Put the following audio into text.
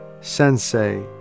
sensei